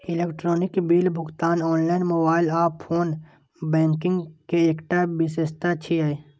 electronic bill भुगतान online, mobile आ phone banking के एकटा विशेषता छियै